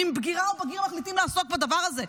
אם בגירה או בגיר מחליטים לעסוק בדבר הזה.